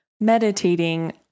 meditating